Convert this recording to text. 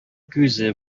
күзе